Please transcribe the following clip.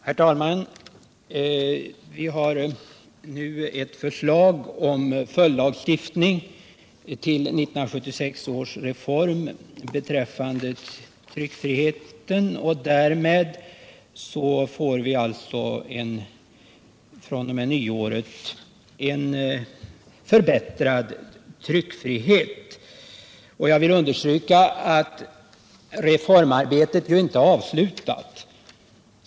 Herr talman! Vi skall i dag besluta om ett förslag om följdlagstiftning till 1976 års reform beträffande tryckfriheten. Därmed tas sista steget mot en fr.o.m. nyåret förbättrad tryckfrihet. Jag vill understryka att reformarbetet inte är avslutat.